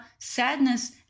sadness